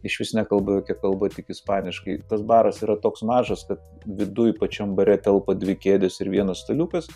išvis nekalba jokia kalba tik ispaniškai tas baras yra toks mažas kad viduj pačiam bare telpa dvi kėdės ir vienas staliukas